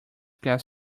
gas